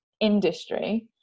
industry